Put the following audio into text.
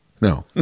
No